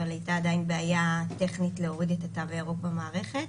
אבל הייתה עדיין בעיה טכנית להוריד את התו הירוק במערכת.